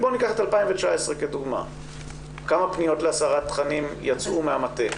ניקח כדוגמה את שנת 2019. כמה פניות להסרת תכנים יצאו מהמוקד?